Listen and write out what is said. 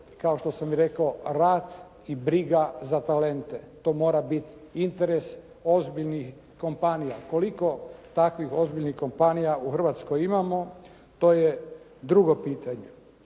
kao što sam rekao rad i briga za talente, to mora biti interes ozbiljnih kompanija. Koliko takvih ozbiljnih kompanija u Hrvatskoj imamo to je drugo pitanje.